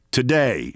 today